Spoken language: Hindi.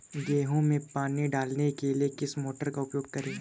गेहूँ में पानी डालने के लिए किस मोटर का उपयोग करें?